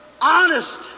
Honest